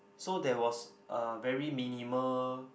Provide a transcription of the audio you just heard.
so there was a very minimal